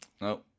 No